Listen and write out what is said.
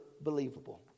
believable